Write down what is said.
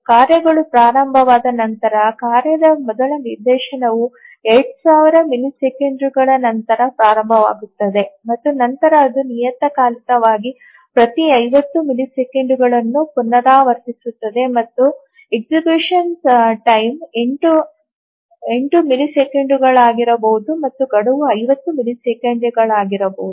ಕಾರ್ಯಗಳು ಪ್ರಾರಂಭವಾದ ನಂತರ ಕಾರ್ಯದ ಮೊದಲ ನಿದರ್ಶನವು 2000 ಮಿಲಿಸೆಕೆಂಡುಗಳ ನಂತರ ಪ್ರಾರಂಭವಾಗುತ್ತದೆ ಮತ್ತು ನಂತರ ಅದು ನಿಯತಕಾಲಿಕವಾಗಿ ಪ್ರತಿ 50 ಮಿಲಿಸೆಕೆಂಡುಗಳನ್ನು ಪುನರಾವರ್ತಿಸುತ್ತದೆ ಮತ್ತು ಮರಣದಂಡನೆ ಸಮಯವು 8 ಮಿಲಿಸೆಕೆಂಡುಗಳಾಗಿರಬಹುದು ಮತ್ತು ಗಡುವು 50 ಮಿಲಿಸೆಕೆಂಡುಗಳಾಗಿರಬಹುದು